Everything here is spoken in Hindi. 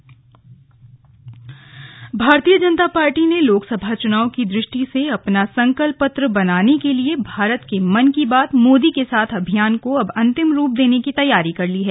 स्लग भाजपा प्रेसवार्ता भारतीय जनता पार्टी ने लोकसभा चुनाव की दृष्टि से अपना संकल्प पत्र बनाने के लिए भारत के मन की बात मोदी के साथ अभियान को अब अंतिम रूप देने की तैयारी कर रही है